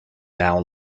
now